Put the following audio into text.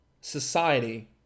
society